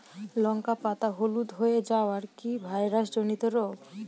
লঙ্কা পাতা হলুদ হয়ে যাওয়া কি ভাইরাস জনিত রোগ?